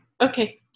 okay